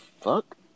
fuck